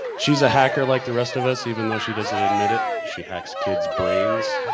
she's a hacker like the rest of us even though she doesn't admit it she hacks kids brains.